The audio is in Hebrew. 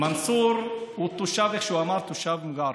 מנסור, איך שהוא אמר, הוא תושב מר'אר.